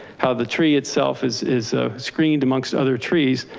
how the tree itself is is ah screened amongst other trees.